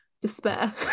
despair